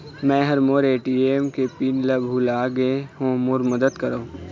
मै ह मोर ए.टी.एम के पिन ला भुला गे हों मोर मदद करौ